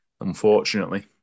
unfortunately